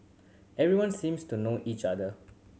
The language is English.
everyone seems to know each other